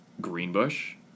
Greenbush